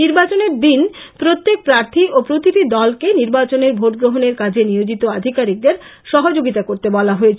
নির্বাচনের দিন প্রত্যেক প্রার্থী ও প্রতিটি দলকে নির্বাচনের ভোটগ্রহণের কাজে নিয়োজিত আধিকারিদের সহযোগিতা করতে বলা হয়েছে